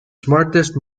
smartest